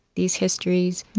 these histories,